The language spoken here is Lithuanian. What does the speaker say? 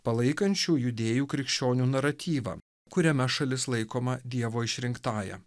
palaikančių judėjų krikščionių naratyvą kuriame šalis laikoma dievo išrinktąja